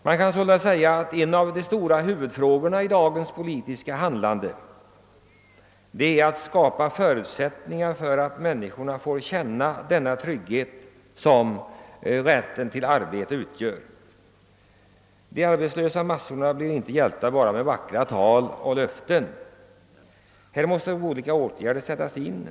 Man kan sålunda säga, att en av de stora huvudfrågorna i dagens politiska handlande är att skapa förutsättningar för människorna att känna den trygghet som rätten till ett arbete utgör. De arbetslösa massorna blir inte hjälpta med bara vackert tal och löften, Olika åtgärder måste sättas in.